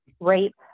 rape